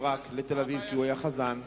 מבני-ברק לתל-אביב, כי הוא היה חזן,